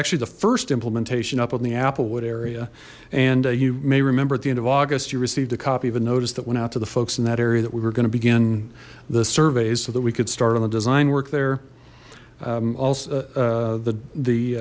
actually the first implementation up on the applewood area and you may remember at the end of august you received a copy of a notice that went out to the folks in that area that we were going to begin the surveys so that we could start on the design work there also the the the